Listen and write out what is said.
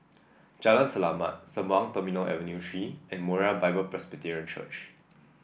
Jalan Selamat Sembawang Terminal Avenue Three and Moriah Bible Presby Church